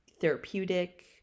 therapeutic